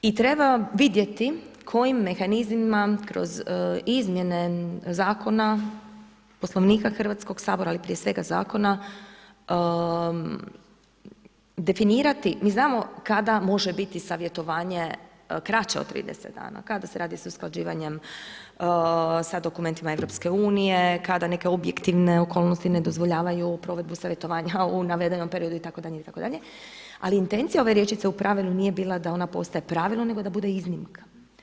I treba vidjeti kojim mehanizmima kroz izmjene zakona, Poslovnika Hrvatskog sabora, ali prije svega zakona, definirati, mi znamo kada može biti savjetovanje kraće od 30 dana, kada se radi s usklađivanjem sa dokumentima EU-a, kada neke objektivne okolnosti ne dozvoljavaju provedbu savjetovanja u navedenom periodu itd., itd., ali intencija ove rječice „u pravilu“ nije bila da ona postaje pravilo nego da bude iznimka.